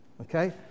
Okay